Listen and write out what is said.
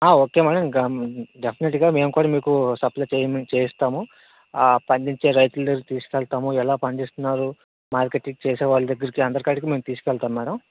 okay madam డెఫినెట్గా మేము కూడా మీకు సప్లై చేయి చేయిస్తాము పండించే రైతుల తీసుకెళ్తాము ఎలా పండిస్తున్నారు మార్కెటింగ్ చేసేవాళ్ళ దగ్గరికి అందరి కాడికి మేము తీసుకెళతాం మ్యాడమ్